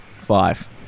five